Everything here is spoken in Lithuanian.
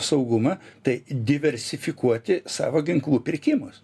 saugumą tai diversifikuoti savo ginklų pirkimus